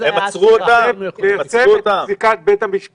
זה נעשה על פי פסיקת בית המשפט,